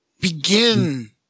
begin